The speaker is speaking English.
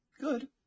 Good